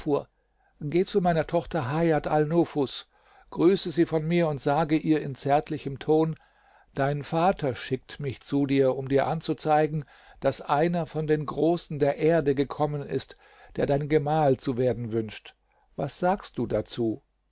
geh zu meiner tochter hajat alnufus grüßte sie von mir und sage ihr in zärtlichem ton dein vater schickt mich zu dir um dir anzuzeigen daß einer von den großen der erde gekommen ist der dein gemahl zu werden wünscht was sagst du dazu